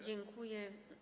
Dziękuję.